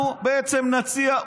אנחנו בעצם נציע,